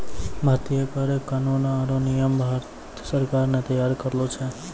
भारतीय कर कानून आरो नियम भारत सरकार ने तैयार करलो छै